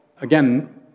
again